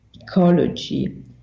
ecology